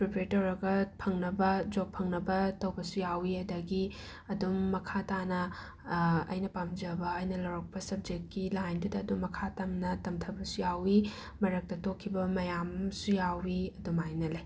prepare ꯇꯧꯔꯒ ꯐꯪꯅꯕ job ꯐꯪꯅꯕ ꯇꯧꯕꯁꯨ ꯌꯥꯎꯋꯤ ꯑꯗꯒꯤ ꯑꯗꯨꯝ ꯃꯈꯥ ꯇꯥꯅ ꯑꯩꯅ ꯄꯥꯝꯖꯕ ꯑꯩꯅ ꯂꯧꯔꯛꯄ ꯁꯕꯖꯦꯛꯀꯤ ꯂꯥꯏꯟꯗꯨꯗ ꯑꯗꯨꯗ ꯑꯗꯨꯝ ꯃꯈꯥ ꯇꯝꯅ ꯇꯝꯊꯕꯁꯨ ꯌꯥꯎꯋꯤ ꯃꯔꯛꯇ ꯇꯣꯛꯈꯤꯕ ꯃꯌꯥꯝ ꯑꯃꯁꯨ ꯌꯥꯎꯋꯤ ꯑꯗꯨꯃꯥꯏꯅ ꯂꯩ